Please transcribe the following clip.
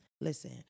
Listen